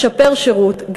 לשפר שירות,